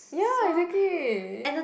ya exactly